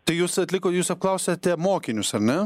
tai jūs atlikot jūs apklausėte mokinius ar ne